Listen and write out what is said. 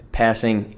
passing